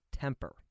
Temper